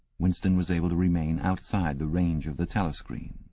winston was able to remain outside the range of the telescreen,